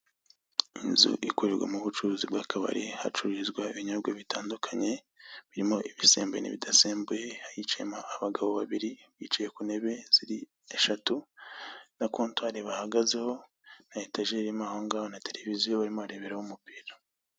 Inzu ikorerwamo ubucuruzi bw'akabari hacururizwa ibinyobwa bitandukanye, birimo ibisembuye n'ibidasembuye, hicayemo abagabo babiri bicaye ku ntebe ziri eshatu, na kontwari bahagazeho, na etajeri irimo aho ngaho na televiziyo barimo barareberaho umupira.